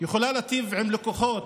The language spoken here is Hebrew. יכולה להיטיב עם לקוחות,